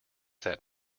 that